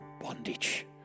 bondage